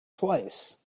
twice